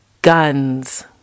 guns